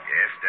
Yes